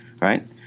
right